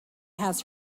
has